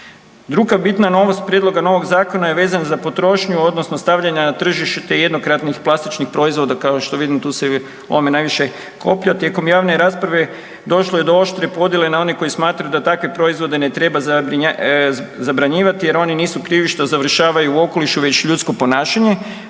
Druga bitna novog prijedloga novog zakona je vezan za potrošnju odnosno stavljanja na tržište jednokratnih plastičnih proizvoda, kao što vidim tu se ovome najviše … tijekom javne rasprave došlo je do oštre podjela na one koji smatraju da takve proizvode ne treba zabranjivati jer oni nisu krivi što završavaju u okolišu već ljudsko ponašanje